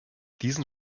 diesen